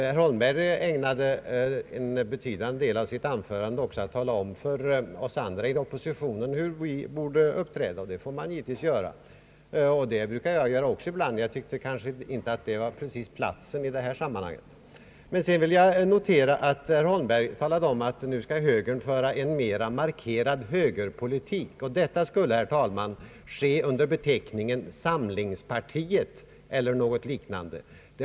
Herr Holmberg ägnade en betydande del av sitt anförande åt att tala om för oss andra i oppositionen hur vi borde uppträda, och det får man givetvis göra — det brukar jag också göra ibland. Jag tycker dock inte precis att det var den rätta platsen i detta sammanhang. Sedan vill jag notera att herr Holmberg talade om att högern nu skall föra en »mer markerad högerpolitik». Detta skulle, herr talman, ske under beteckningen samlingspartiet eller något liknande.